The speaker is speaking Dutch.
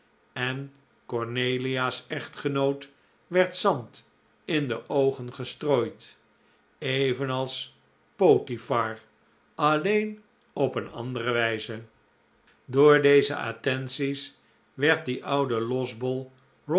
en cornelia's echtgenoot werd zand in de oogen gestrooid evenals potifar alleen op een andere wijze door deze attenties werd die oude losbol